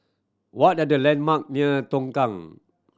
what are the landmark near Tongkang